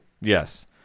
Yes